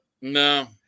No